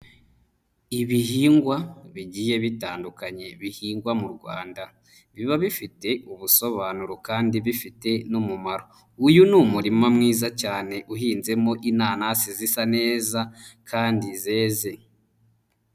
Ibihingwa bigiye bitandukanye bihingwa mu Rwanda biba bifite ubusobanuro kandi bifite n'umumaro. Uyu ni umurima mwiza cyane uhinzemo inanasi zisa neza kandi zeze.